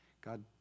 God